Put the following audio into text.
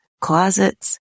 Closets